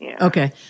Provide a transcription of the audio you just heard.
Okay